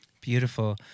Beautiful